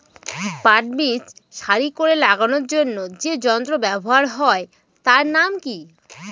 পাট বীজ সারি করে লাগানোর জন্য যে যন্ত্র ব্যবহার হয় তার নাম কি?